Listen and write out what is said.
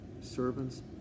servants